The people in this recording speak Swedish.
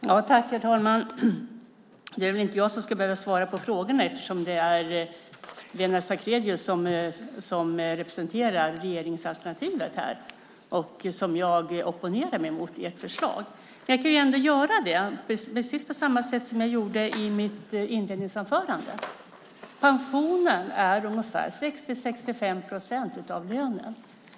Herr talman! Det är väl inte jag som ska behöva svara på frågorna, eftersom det är Lennart Sacrédeus som representerar regeringsalternativet här, när jag opponerar mig mot ert förslag. Men jag kan ändå göra det, precis på samma sätt som jag gjorde i mitt inledningsanförande. Pensionen är ungefär 60-65 procent av lönen.